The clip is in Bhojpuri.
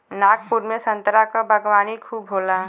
नागपुर में संतरा क बागवानी खूब होला